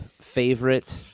favorite